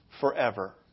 forever